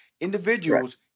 individuals